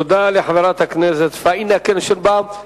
תודה לחברת הכנסת פניה קירשנבאום.